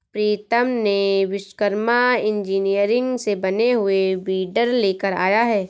प्रीतम ने विश्वकर्मा इंजीनियरिंग से बने हुए वीडर लेकर आया है